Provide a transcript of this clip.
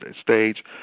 stage